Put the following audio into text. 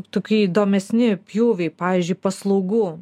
tokie įdomesni pjūviai pavyzdžiui paslaugų